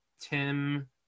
Tim